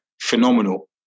phenomenal